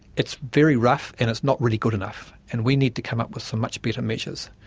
it's very rough and it's not really good enough, and we need to come up with some much better measures.